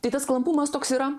tai tas klampumas toks yra